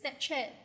Snapchat